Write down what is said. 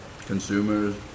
consumers